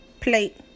plate